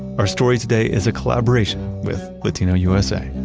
our story today is a collaboration with latino usa